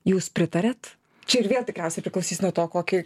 jūs pritariat čia ir vėl tikriausiai priklausys nuo to kokį